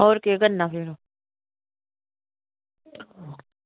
होर केह् करना फिर